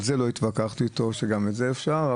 לא התווכחתי איתו שגם את זה אפשר.